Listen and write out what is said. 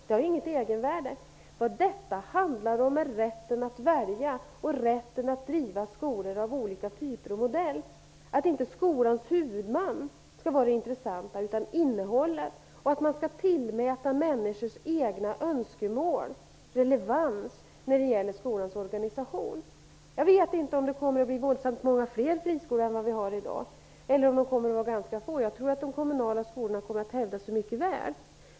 Det har inget egenvärde. Vad det handlar om är rätten att välja och driva skolor av olika typer och modeller. Det är inte skolans huvudman utan innehållet som skall vara det intressanta. Man skall också tillmäta människors egna önskemål relevans när det gäller skolans organisation. Jag vet inte om det kommer att bli våldsamt många fler friskolor än vad vi har i dag eller om de kommer att vara ganska få. Jag tror att de kommunala skolorna kommer att hävda sig mycket väl.